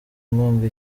inkunga